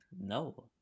no